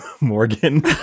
Morgan